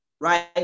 Right